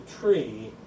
tree